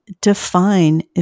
define